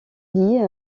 lit